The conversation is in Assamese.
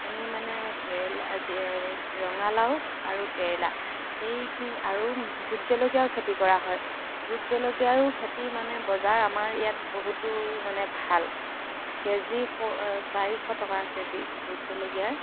আমি মানে কেৰেলা ৰঙালাও আৰু কেৰেলা সেইখিনি আৰু ভোট জলকীয়াও খেতি কৰা হয় ভোট জলকীয়াৰো খেতি মানে বজাৰ আমাৰ ইয়াত বহুতো মানে ভাল কে জি ফ'ৰ চাৰিশ টকা কে জি ভোট জলকীয়াৰ